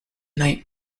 night